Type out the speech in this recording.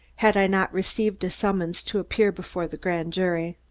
had i not received a summons to appear before the grand jury.